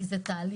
כי זה תהליך.